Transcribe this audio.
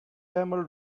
camel